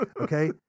Okay